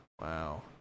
wow